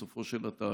בסופו של התהליך.